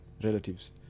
relatives